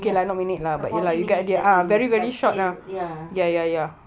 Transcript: ya like forty minutes I think but still ya